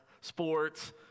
sports